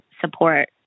support